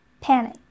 Panic